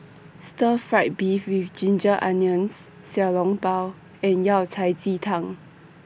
Stir Fry Beef with Ginger Onions Xiao Long Bao and Yao Cai Ji Tang